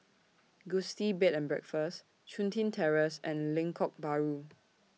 Gusti Bed and Breakfast Chun Tin Terrace and Lengkok Bahru